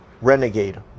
renegade